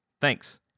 Thanks